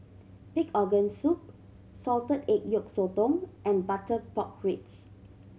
pig organ soup salted egg yolk sotong and butter pork ribs